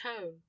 tone